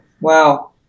wow